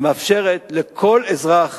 המאפשרת לכל אזרח